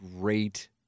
great